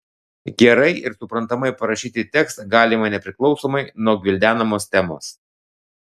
gerai ir suprantamai parašyti tekstą galima nepriklausomai nuo gvildenamos temos